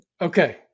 Okay